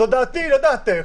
זו דעתי, לא דעתך.